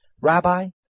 Rabbi